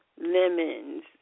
lemons